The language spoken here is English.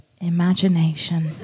Imagination